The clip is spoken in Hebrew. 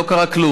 לא קרה כלום.